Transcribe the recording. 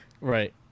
Right